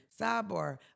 Sidebar